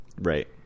Right